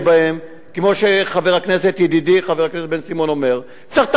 כמו שחבר הכנסת ידידי חבר הכנסת בן-סימון אומר: צריך לטפל בזה.